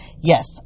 Yes